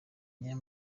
niyo